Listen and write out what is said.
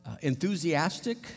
enthusiastic